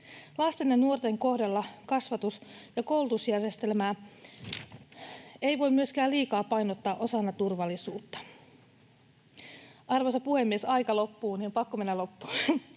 Lasten ja nuorten kohdalla kasvatus- ja koulutusjärjestelmää ei voi myöskään liikaa painottaa osana turvallisuutta. Arvoisa puhemies! Aika loppuu, niin on pakko mennä loppuun: